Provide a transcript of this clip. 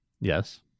Yes